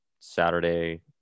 Saturday